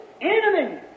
enemy